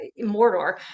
mordor